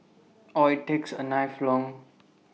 or takes A knife along